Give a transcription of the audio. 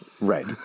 Right